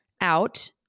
out